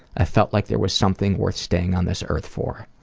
i felt like there was something worth staying on this earth for.